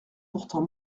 pourtant